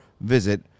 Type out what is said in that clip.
visit